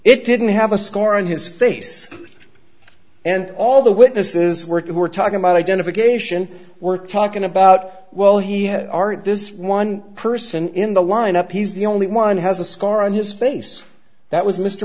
it didn't have a scar on his face and all the witnesses worked we're talking about identification we're talking about well he had aren't this one person in the lineup he's the only one has a scar on his face that was mr